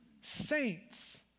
saints